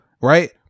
right